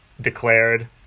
declared